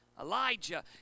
Elijah